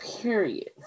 period